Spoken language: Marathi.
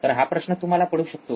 तर हा प्रश्न तुम्हाला पडू शकतो